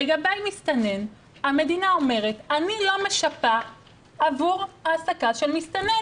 לגבי מסתנן המדינה אומרת שאני לא משפה עבור העסקה שלך מסתנן.